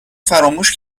فراموش